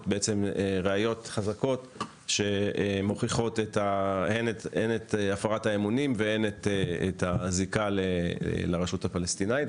ראיות חזקות שמוכיחות הן את הפרת האמונים והן את הזיקה לרשות הפלסטינית.